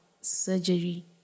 surgery